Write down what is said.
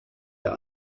ihr